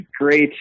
great